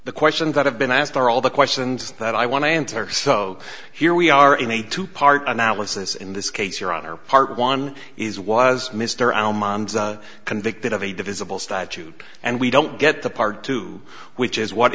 the questions that have been asked are all the questions that i want to enter so here we are in a two part analysis in this case your honor part one is was mister convicted of a divisible statute and we don't get the part two which is what